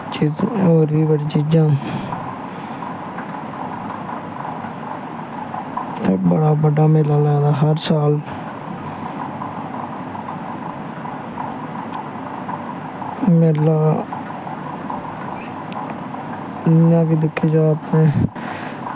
होर बी बड़ी चीजां एह् बड़ा बड्डा मेला लगदा हर साल मेला इयां बी दिक्खेआ जाए ते